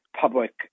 public